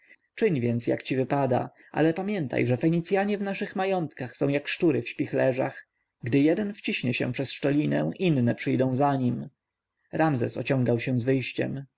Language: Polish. czyń więc jak ci wypada ale pamiętaj że fenicjanie w naszych majątkach są jak szczury w śpichlerzach gdy jeden wciśnie się przez szczelinę inne przyjdą za nim ramzes ociągał się z wyjściem